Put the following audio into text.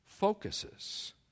focuses